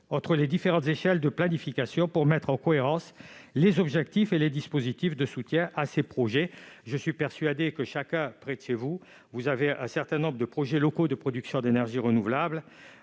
entre les différents échelons de planification, pour mettre en cohérence les objectifs et les dispositifs de soutien à ces projets. Mes chers collègues, je suis persuadé qu'il existe près de chez vous un certain nombre de projets locaux de production d'énergie renouvelable,